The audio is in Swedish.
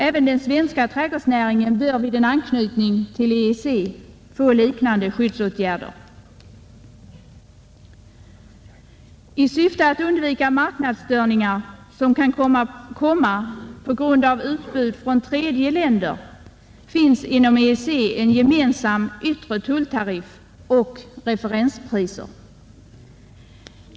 Även den svenska trädgårdsnäringen bör vid en anknytning till EEC tillförsäkras liknande skyddsåtgärder. För att undvika marknadsstörningar på grund av utbud från tredje land finns inom EEC en gemensam yttre tulltariff och referenspriser.